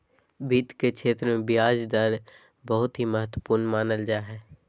वित्त के क्षेत्र मे ब्याज दर बहुत ही महत्वपूर्ण मानल जा हय